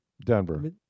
Denver